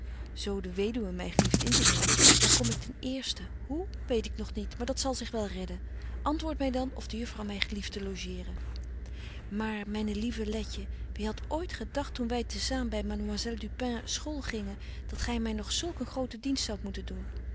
zo de weduwe my gelieft in te nemen dan kom ik ten eersten hoe weet ik nog niet maar dat zal zich wel redden antwoord my dan of de juffrouw my gelieft te logeeren maar myne lieve letje wie hadt ooit gedagt toen wy te saam by mademoiselle du pin school gingen dat gy my nog sulk een groten dienst zoudt moeten doen